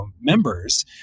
members